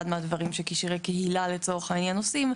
אחד מהדברים שקשרי קהילה לצורך העניין עושים,